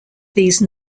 these